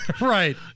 Right